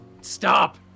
stop